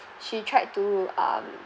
she tried to um